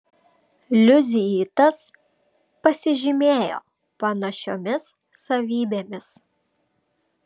liuizitas pasižymėjo panašiomis savybėmis